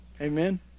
Amen